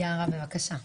יערה, בבקשה.